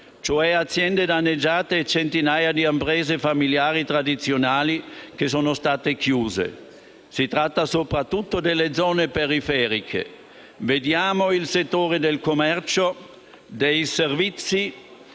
cioè aziende danneggiate e centinaia di imprese famigliari tradizionali che sono state chiuse. Ciò soprattutto nelle zone periferiche; penso al settore del commercio e dei servizi